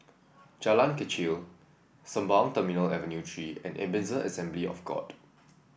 Jalan Kechil Sembawang Terminal Avenue Three and Ebenezer Assembly of God